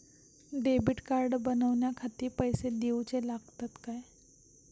Debit card बनवण्याखाती पैसे दिऊचे लागतात काय?